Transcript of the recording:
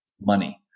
money